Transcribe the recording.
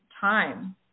time